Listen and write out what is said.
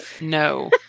No